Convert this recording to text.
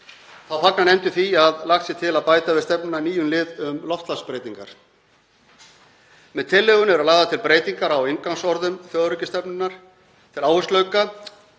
Þá fagnar nefndin því að lagt sé til að bæta við stefnuna nýjum lið um loftslagsbreytingar. Með tillögunni eru lagðar til breytingar á inngangsorðum þjóðaröryggisstefnunnar til áhersluauka